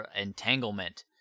Entanglement